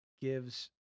gives